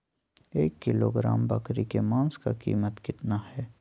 एक किलोग्राम बकरी के मांस का कीमत कितना है?